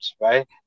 right